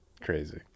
Crazy